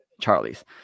charlie's